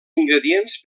ingredients